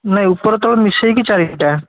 ନାଇଁ ଉପର ତଳ ମିଶେଇକି ଚାରିଟା